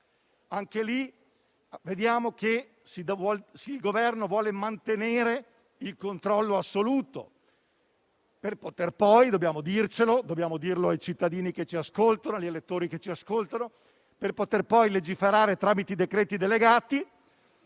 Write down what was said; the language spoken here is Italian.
anche lì vediamo che il Governo vuole mantenere il controllo assoluto per poter poi - dobbiamo dircelo e dirlo ai cittadini e agli elettori che ci ascoltano - legiferare tramite i decreti delegati